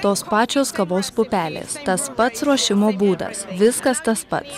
tos pačios kavos pupelės tas pats ruošimo būdas viskas tas pats